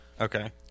Okay